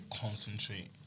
concentrate